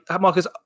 Marcus